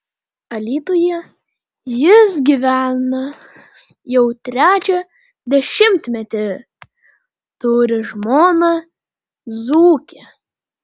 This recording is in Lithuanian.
alytuje jis gyvena jau trečią dešimtmetį turi žmoną dzūkę